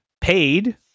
paid